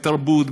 בתרבות,